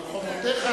על חומותיך,